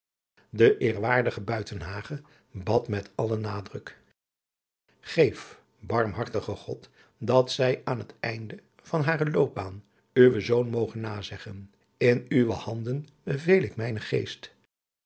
de eerwaardige buitenhagen bad met allen nadruk geef barmhartige god dat zij aan het einde van hare loopbaan uwen zoon moge nazeggen in uwe adriaan loosjes pzn het leven van hillegonda buisman handen bevele ik mijnen geest